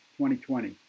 2020